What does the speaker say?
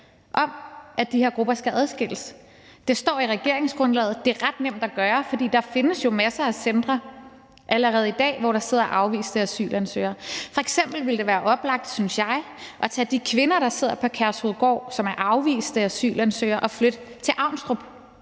om, at de her grupper skal adskilles. Det står i regeringsgrundlaget, og det er ret nemt at gøre, for der findes jo masser af centre allerede i dag, hvor der sidder afviste asylansøgere. F.eks. ville det være oplagt – synes jeg – at tage de kvinder, der sidder på Kærshovedgård, og som er afviste asylansøgere, og flytte dem til Avnstrup,